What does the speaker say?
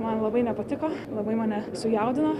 man labai nepatiko labai mane sujaudino